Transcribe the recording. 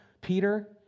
Peter